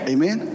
Amen